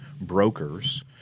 brokers